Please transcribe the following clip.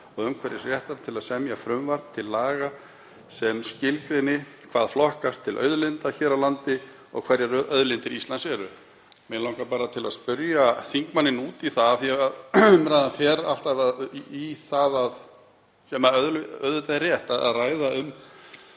og umhverfisréttar til að semja frumvarp til laga sem skilgreini hvað flokkast til auðlinda hér á landi og hverjar auðlindir Íslands séu. Mig langar bara til að spyrja þingmanninn út í það af því að umræðan fer alltaf í það, sem er auðvitað rétt, að ræða um